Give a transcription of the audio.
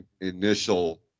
initial